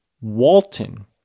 Walton